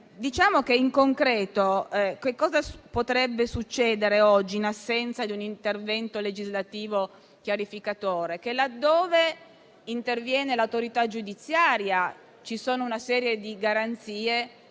Parlamento. In concreto che cosa potrebbe succedere oggi in assenza di un intervento legislativo chiarificatore? Laddove interviene l'autorità giudiziaria, ci sono una serie di garanzie